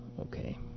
Okay